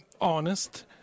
honest